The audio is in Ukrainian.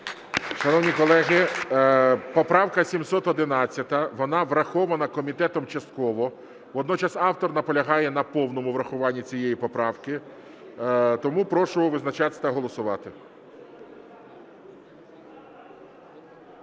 Шановні колеги, поправка 711, вона врахована комітетом частково. Водночас автор наполягає на повному врахуванні цієї поправки, тому прошу визначатись та голосувати.